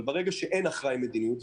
אבל ברגע שזה לא קורה,